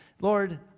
Lord